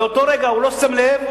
באותו רגע הוא לא שם לב,